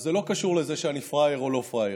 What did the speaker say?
אז זה לא קשור לזה שאני פראייר או לא פראייר.